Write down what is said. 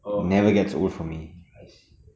oh I see